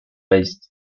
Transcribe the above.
based